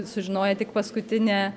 sužinoję tik paskutinę